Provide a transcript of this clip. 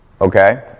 okay